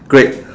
great